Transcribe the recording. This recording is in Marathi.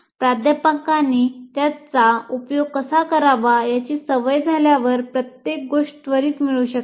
प्राध्यापकांनी त्याचा उपयोग कसा करावा याची सवय झाल्यावर प्रत्येक गोष्ट त्वरीत मिळू शकते